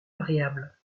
variable